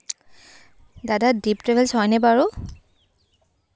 দাদা দ্বীপ ট্ৰেভেলছ হয়নে বাৰু